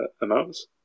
amounts